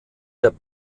der